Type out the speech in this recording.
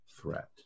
threat